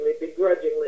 begrudgingly